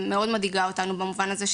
שמאוד מדאיגה אותנו במובן הזה,